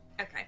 Okay